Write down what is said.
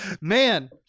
man